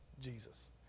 Jesus